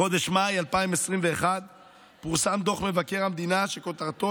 בחודש מאי 2021 פורסם דוח מבקר המדינה שכותרתו